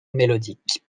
mélodique